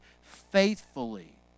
faithfully